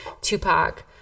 Tupac